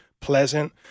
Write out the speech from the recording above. Pleasant